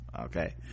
Okay